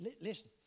Listen